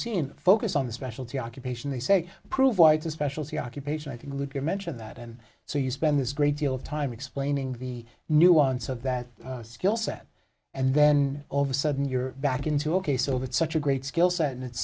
seen focus on the specialty occupation they say prove why it's a specialty occupation i think would be a mention of that and so you spend this great deal of time explaining the nuance of that skill set and then all of a sudden you're back into ok so it's such a great skill set and it's